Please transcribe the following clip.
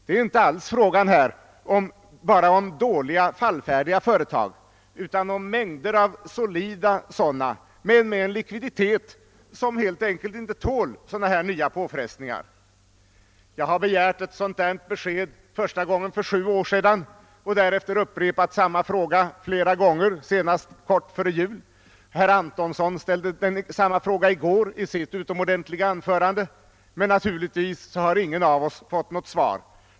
Det är inte alls bara fråga om dåliga, fallfärdiga företag utan om mängder av solida sådana, som dock har en likviditet vilken inte tål sådana nya påfrestningar. Jag har begärt ett sådant besked, för första gången för sju år sedan, och har senast upprepat det flera gånger, senast kort före jul. Herr Antonsson ställde samma fråga i går i sitt utomordentliga anförande, men naturligtvis har ingen av oss fått något svar.